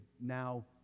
now